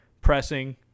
pressing